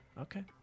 Okay